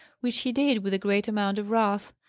which he did with a great amount of wrath.